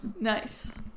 Nice